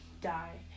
die